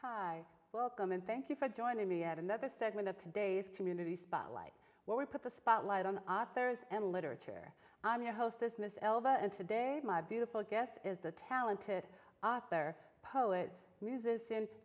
hi welcome and thank you for joining me at another segment of today's community spotlight where we put the spotlight on authors and literature i'm your host as ms elba and today my beautiful guest is the talented author poet mus